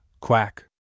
Quack